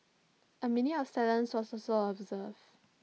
A minute of silence was also observed